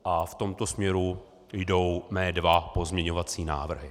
V tomto směru jdou mé dva pozměňovací návrhy.